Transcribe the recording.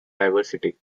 diversity